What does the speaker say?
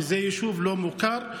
שהוא יישוב לא מוכר,